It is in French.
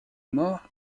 mort